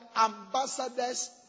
ambassadors